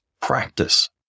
practice